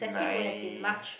nine